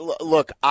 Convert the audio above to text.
Look